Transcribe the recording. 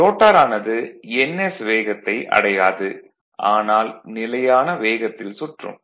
ரோட்டாரானது ns வேகத்தை அடையாது ஆனால் நிலையான வேகத்தில் சுற்றும்